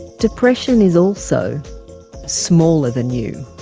depression is also smaller than you.